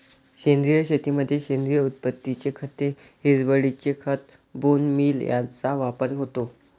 सेंद्रिय शेतीमध्ये सेंद्रिय उत्पत्तीची खते, हिरवळीचे खत, बोन मील यांचा वापर होतो